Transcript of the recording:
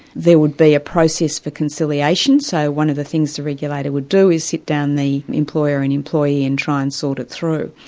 there would be a process for conciliation, so one of the things the regulator would do is sit down the employer and employee and try and sort it through.